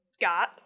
got